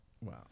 Wow